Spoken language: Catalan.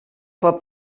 pot